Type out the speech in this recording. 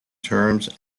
terms